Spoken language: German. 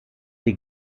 die